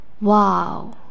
wow